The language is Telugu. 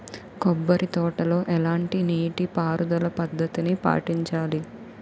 కొబ్బరి తోటలో ఎలాంటి నీటి పారుదల పద్ధతిని పాటించాలి?